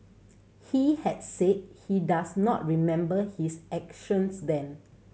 he had said he does not remember his actions then